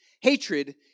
hatred